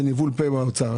זה כמו ניבול פה אצל האוצר.